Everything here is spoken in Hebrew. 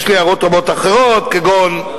יש לי הערות רבות אחרות, כגון: